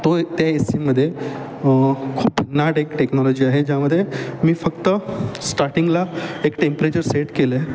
तो त्या एसीमदे खूप भिंगनाट एक टेक्नॉलॉजी आहे ज्यामदे मी फक्त स्टार्टिंगला एक टेम्परेचर सेट केलंय